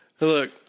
Look